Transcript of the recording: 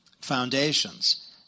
foundations